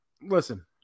listen